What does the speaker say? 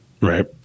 right